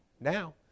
now